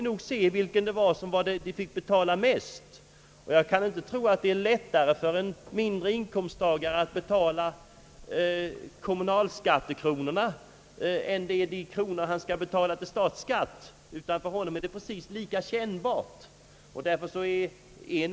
Jag tror inte det är lättare för en lägre inkomsttagare att betala kommunalskattekronorna än de kronor han skall betala i statsskatt. För honom är skatterna li ka kännbara, oavsett till vilken han betalar.